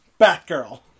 Batgirl